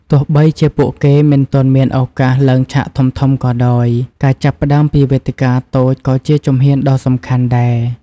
ទោះបីជាពួកគេមិនទាន់មានឱកាសឡើងឆាកធំៗក៏ដោយ ការចាប់ផ្ដើមពីវេទិកាតូចក៏ជាជំហានដ៏សំខាន់ដែរ។